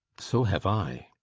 so have i.